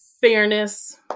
fairness